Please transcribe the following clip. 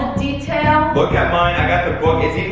detail. look at mine, i've got the book, it's